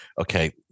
okay